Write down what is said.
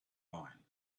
wine